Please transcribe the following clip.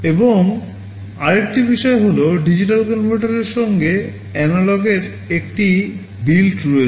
এবং আরেকটি বিষয় হল ডিজিটাল কনভার্টারের সাথে এনালগের একটি নির্মাণ রয়েছে